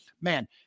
man